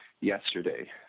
yesterday